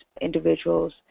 individuals